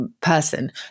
person